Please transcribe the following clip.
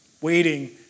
Waiting